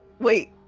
Wait